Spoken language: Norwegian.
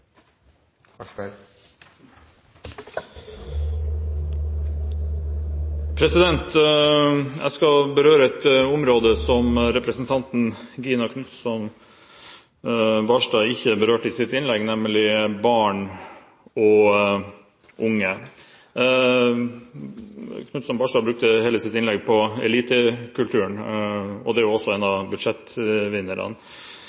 replikkordskifte. Jeg skal berøre et område som representanten Gina Knutson Barstad ikke berørte i sitt innlegg, nemlig barn og unge. Knutson Barstad brukte hele sitt innlegg på elitekulturen – det er også en